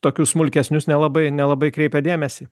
tokius smulkesnius nelabai nelabai kreipia dėmesį